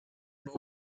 war